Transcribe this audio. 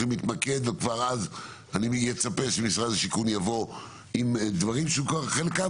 להתמקד וגם אז אני אצפה שמשרד השיכון יבוא עם דברים שחלקם